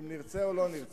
אם נרצה או לא נרצה.